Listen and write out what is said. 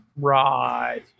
Right